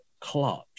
Clutch